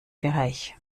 bereich